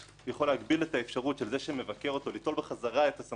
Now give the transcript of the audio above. של זה שמבקר אותו ליטול בחזרה את הסמכויות